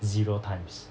zero times